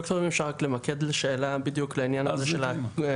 ד"ר רק אם אפשר למקד לשאלה בדיוק לעניין הזה של הכמויות,